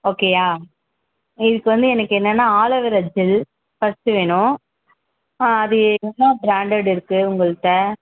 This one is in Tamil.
ஓகேயா இதுக்கு வந்து எனக்கு என்னன்னால் ஆலோவேரா ஜெல் ஃபர்ஸ்ட்டு வேணும் ஆ அது என்ன ப்ரேண்டட் இருக்குது உங்கள்கிட்ட